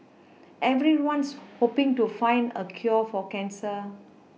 everyone's hoPing to find a cure for cancer